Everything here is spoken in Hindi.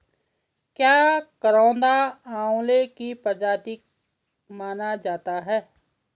क्या करौंदा आंवले की प्रजाति माना जाता है?